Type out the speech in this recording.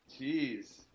Jeez